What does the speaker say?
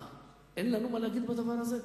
מה, אין לנו מה להגיד בדבר הזה?